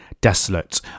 desolate